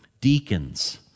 deacons